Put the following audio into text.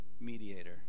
mediator